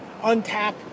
untap